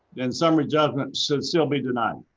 then summary judgment should still be denied?